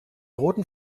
roten